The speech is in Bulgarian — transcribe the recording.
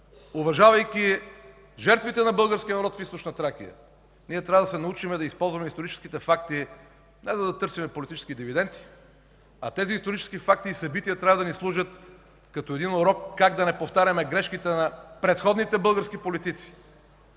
уважавайки жертвите на българския народ в Източна Тракия, ние трябва да се научим да използваме историческите факти не за да търсим политически дивиденти, а тези исторически факти и събития трябва да ни служат като един урок как да не повтаряме грешките на предходните български политици